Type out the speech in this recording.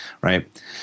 Right